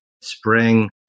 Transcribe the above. spring